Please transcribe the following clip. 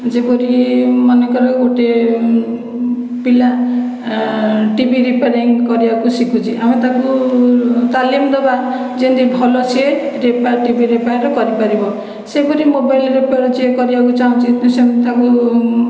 ଯେପରି ମନେକର ଗୋଟିଏ ପିଲା ଟିଭି ରିପେୟାରିଂ କରିବାକୁ ଶିଖୁଛି ଆମେ ତାକୁ ତାଲିମ ଦେବା ଯେମିତି ଭଲ ସିଏ ରିପେୟାର ଟିଭି ରିପେୟାର କରିପାରିବ ସେହିପରି ମୋବାଇଲ ଚେକ୍ କରିବାକୁ ଚାଁହୁଛି ସେମିତି ତା'କୁ